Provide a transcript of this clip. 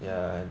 okay